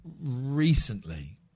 recently